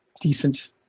decent